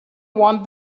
want